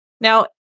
Now